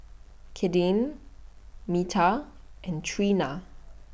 Kadyn Minta and Treena